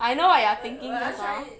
I know what you are thinking